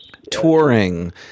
Touring